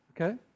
okay